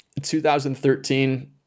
2013